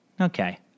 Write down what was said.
okay